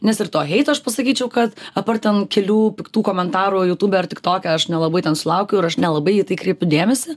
nes ir to heito aš pasakyčiau kad aptart ten kelių piktų komentarų jutube ar tik toke aš nelabai ten sulaukiu ir aš nelabai kreipiu dėmesį